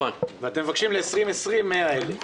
ואתם מבקשים לשנת 2020 100,000 שקלים.